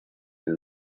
del